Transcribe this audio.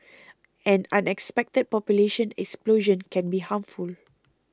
an unexpected population explosion can be harmful